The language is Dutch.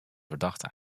verdachte